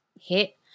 hit